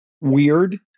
weird